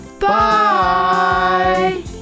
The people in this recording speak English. Bye